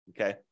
okay